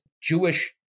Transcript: Jewish